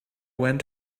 went